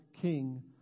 king